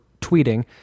tweeting